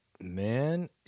man